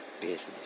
Business